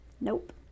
Nope